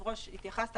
היושב-ראש התייחסת,